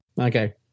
Okay